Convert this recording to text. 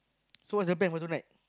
so what's your plan for tonight